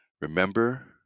remember